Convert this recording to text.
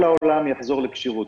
כל העולם יחזור לכשירות.